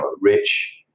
rich